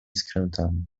skrętami